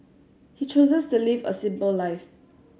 he chooses to live a simple life